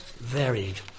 varied